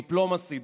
Diplomacy,